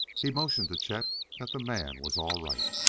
he motioned to chet that the man was all right.